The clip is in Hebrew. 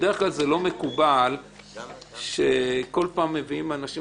בדרך כלל זה לא מקובל שכל פעם מביאים אנשים